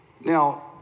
Now